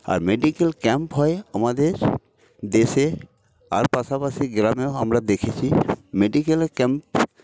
আর medical camp হয় আমাদের দেশে আর পাশাপাশি গ্রামেও আমরা দেখেছি মেডিক্যাল ক্যাম্প